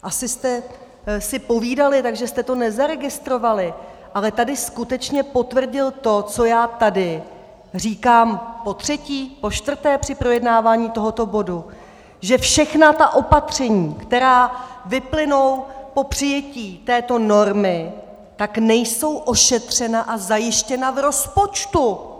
Asi jste si povídali, takže jste to nezaregistrovali, ale tady skutečně potvrdil to, co já tady říkám potřetí, počtvrté při projednávání tohoto bodu, že všechna ta opatření, která vyplynou po přijetí této normy, nejsou ošetřena a zajištěna v rozpočtu.